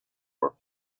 for